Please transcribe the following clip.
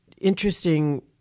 interesting